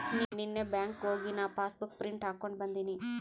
ನೀನ್ನೇ ಬ್ಯಾಂಕ್ಗ್ ಹೋಗಿ ನಾ ಪಾಸಬುಕ್ ಪ್ರಿಂಟ್ ಹಾಕೊಂಡಿ ಬಂದಿನಿ